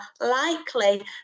likely